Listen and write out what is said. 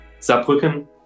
Saarbrücken